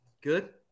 Good